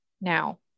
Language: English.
now